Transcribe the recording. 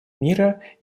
мира